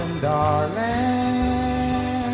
darling